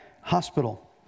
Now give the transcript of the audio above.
Hospital